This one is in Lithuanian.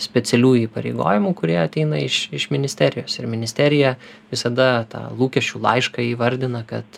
specialiųjų įpareigojimų kurie ateina iš iš ministerijos ir ministerija visada tą lūkesčių laišką įvardina kad